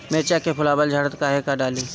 मिरचा के फुलवा झड़ता काहे का डाली?